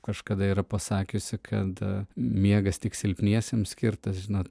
kažkada yra pasakiusi kad miegas tik silpniesiems skirtas žinot